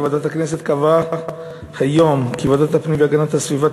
שוועדת הכנסת קבעה היום כי ועדת הפנים והגנת הסביבה